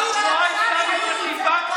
הוא לא היה שר והוא לא היה קובע מדיניות.